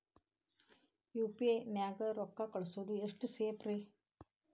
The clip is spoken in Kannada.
ಯು.ಪಿ.ಐ ನ್ಯಾಗ ರೊಕ್ಕ ಕಳಿಸೋದು ಎಷ್ಟ ಸೇಫ್ ರೇ?